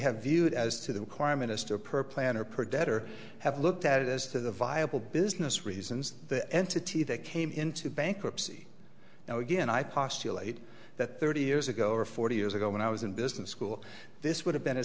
have viewed as to the choir minister per plan or per debtor have looked at it as to the viable business reasons the entity that came into bankruptcy now again i postulate that thirty years ago or forty years ago when i was in business school this would have been a